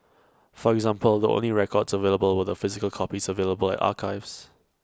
for example the only records available were the physical copies available at archives